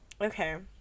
Okay